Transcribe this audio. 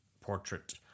portrait